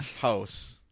house